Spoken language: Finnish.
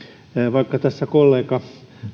vaikka tässä kollega